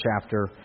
chapter